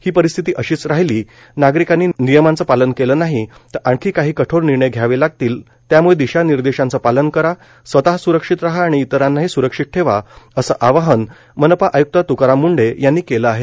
ही परिस्थिती अशीच राहिली नागरिकांनी नियमांचं पालन केलं नाही तर आणखी काही कठोर निर्णय घ्यावे लागतील त्याम्ळं दिशानिर्देशांचं पालन करा स्वतः स्रक्षित राहा आणि इतरांनाही स्रक्षित ठेवा असं आवाहन मनपा आय्क्त त्काराम मुंढे यांनी केलं आहे